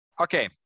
Okay